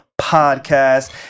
podcast